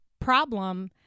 problem